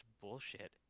bullshit